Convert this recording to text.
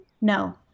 No